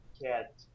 get